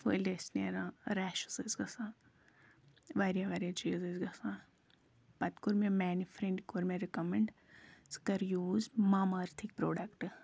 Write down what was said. پھٔلۍ ٲسۍ نیران ریشیز ٲسۍ گژھان واریاہ واریاہ چیٖز ٲسۍ گاژھان پَتہٕ کور مےٚ میانہٕ فرینڈِ کوٚر مےٚ رِکمنٛڈ ژٕ کر یوز ماما أرتھٕکۍ پروڈکٹ